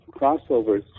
crossovers